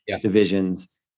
divisions